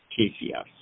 KCS